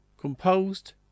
composed